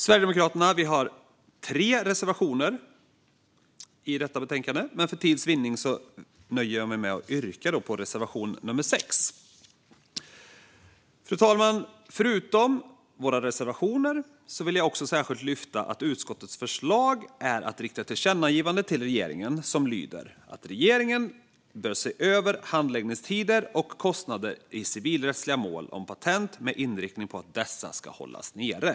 Sverigedemokraterna har tre reservationer i detta betänkande, men för tids vinning nöjer jag mig med att yrka bifall bara till reservation nummer 9. Fru talman! Förutom våra reservationer vill jag särskilt lyfta att utskottet föreslår att det ska riktas ett tillkännagivande till regeringen som lyder: "att regeringen bör se över handläggningstider och kostnader i civilrättsliga mål om patent med inriktningen att dessa ska hållas nere".